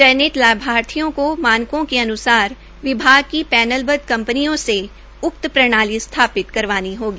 चयनित लाभर्थियों को मानकों के अन्सार विभाग की पैनलबद्ध कंपनियों से उक्त प्रणाली स्थापित करवानी होगी